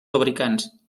fabricants